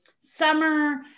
summer